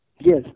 Yes